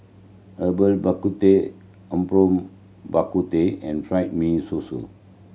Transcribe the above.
Herbal Bak Ku Teh apom Bak Ku Teh and fried mee